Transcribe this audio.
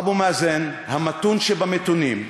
אבו מאזן, המתון שבמתונים,